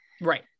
Right